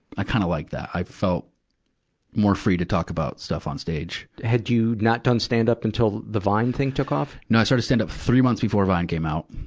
i kinda kind of liked that. i felt more free to talk about stuff on stage. had you not done stand-up until the vine thing took off? no. i started stand-up three months before vine came out.